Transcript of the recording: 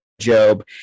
Job